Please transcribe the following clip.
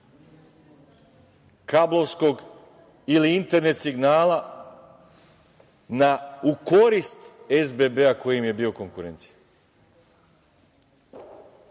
kablovskog ili internet signala u korist SBB koji im je bio konkurencija.